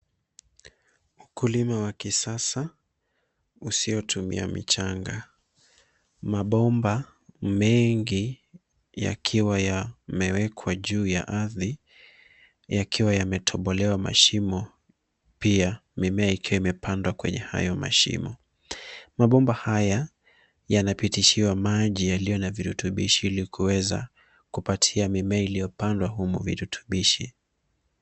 Ukulima wa kisasa usiotumia michanga. Mabomba mengi yakiwa yamewekwa juu ya ardhi, yakiwa yametobolewa mashimo, pia mimea ikiwa imepandwa kwenye hayo mashimo. Mabomba haya yanapitishiwa maji yaliyo na virutubishi ili kuweza kupatia mimea iliyopandwa humu virutubishi.